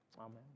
Amen